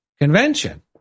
convention